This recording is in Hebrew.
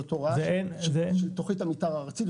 זה הוראה של תוכנית המתאר הארצית,